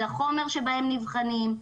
אל החומר שבו הם נבחנים,